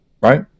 right